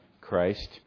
Christ